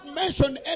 mentioned